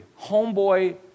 Homeboy